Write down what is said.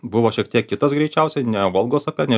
buvo šiek tiek kitas greičiausiai ne volgos upe ne